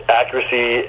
accuracy